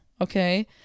Okay